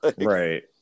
Right